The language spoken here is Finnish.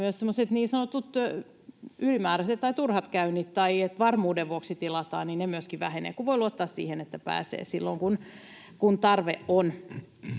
niin sanotut ylimääräiset tai turhat käynnit — tai että varmuuden vuoksi tilataan — vähenevät, kun voi luottaa siihen, että pääsee silloin, kun tarve on.